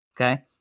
okay